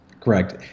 Correct